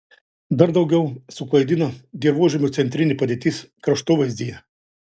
dar daugiau suklaidina dirvožemio centrinė padėtis kraštovaizdyje